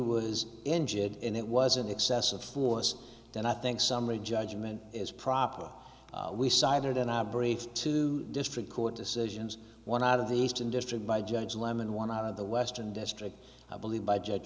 was injured and it was an excessive force and i think summary judgment is proper we cited in our brief two district court decisions one out of the eastern district by judge lemon one out of the western district i believe by judge